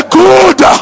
good